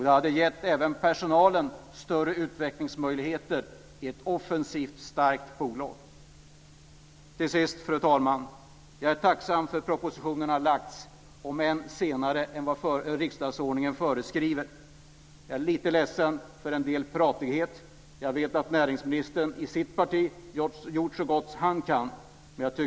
Det hade även gett personalen större utvecklingsmöjligheter i ett offensivt starkt bolag. Fru talman! Till sist är jag tacksam för att propositionen har kommit, om än senare än vad riksdagsordningen föreskriver. Jag är lite ledsen för en del pratighet. Jag vet att näringsministern gjort så gott han kunnat i sitt parti.